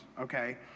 okay